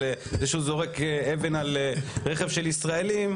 זה שהוא זורק אבן על רכב של ישראלים,